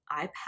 iPad